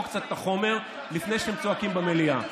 קצת את החומר לפני שאתם צועקים במליאה.